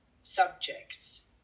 subjects